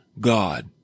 God